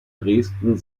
dresden